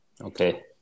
Okay